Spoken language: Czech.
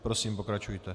Prosím, pokračujte.